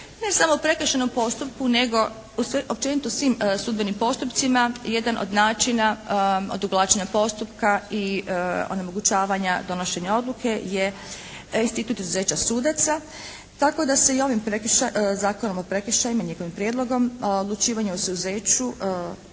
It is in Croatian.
Ne samo u prekršajnom postupku nego općenito u svim sudbenim postupcima jedan od načina odugovlačenja postupka i onemogućavanja donošenja odluke je institut izuzeća sudaca. Tako da se i ovim Zakonom o prekršajima, njegovim prijedlogom o odlučivanju o izuzeću